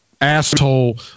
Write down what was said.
asshole